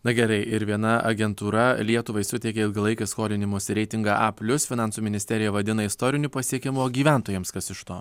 na gerai ir viena agentūra lietuvai suteikė ilgalaikį skolinimosi reitingą a plius finansų ministerija vadina istoriniu pasiekimu o gyventojams kas iš to